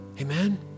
amen